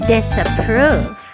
Disapprove